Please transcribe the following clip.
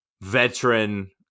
veteran